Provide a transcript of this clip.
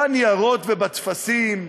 בניירות ובטפסים,